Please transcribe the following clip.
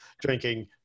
drinking